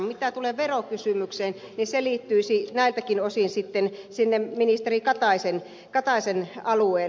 mitä tulee verokysymykseen se liittyisi näiltäkin osin ministeri kataisen alueelle